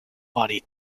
body